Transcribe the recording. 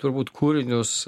turbūt kūrinius